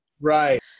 Right